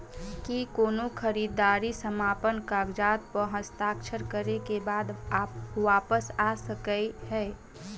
की कोनो खरीददारी समापन कागजात प हस्ताक्षर करे केँ बाद वापस आ सकै है?